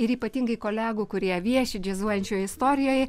ir ypatingai kolegų kurie vieši džiazuojančioj istorijoj